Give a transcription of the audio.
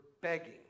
begging